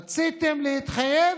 רציתם להתחייב,